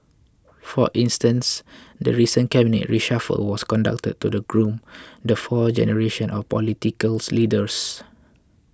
for instance the recent cabinet reshuffle was conducted to the groom the fourth generation of political leaders